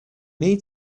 need